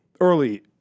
Early